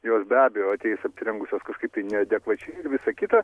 jos be abejo ateis apsirengusios kažkaip tai neadekvačiai ir visa kita